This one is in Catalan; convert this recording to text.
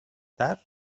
tard